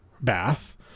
bath